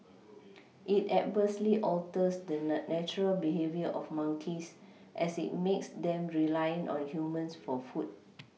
it adversely alters the natural behaviour of monkeys as it makes them reliant on humans for food